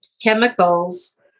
chemicals